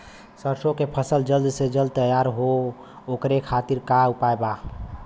सरसो के फसल जल्द से जल्द तैयार हो ओकरे खातीर का उपाय बा?